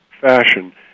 fashion